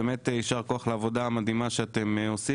אז באמת יישר כוח על העבודה המדהימה שאתם עושים,